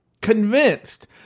convinced